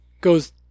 goes